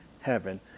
heaven